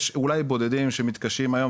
יש אולי בודדים שמתקשים היום,